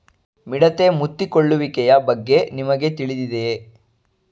ಮಿಡತೆ ಮುತ್ತಿಕೊಳ್ಳುವಿಕೆಯ ಬಗ್ಗೆ ನಿಮಗೆ ತಿಳಿದಿದೆಯೇ?